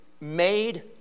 made